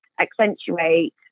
accentuate